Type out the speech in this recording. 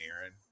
Aaron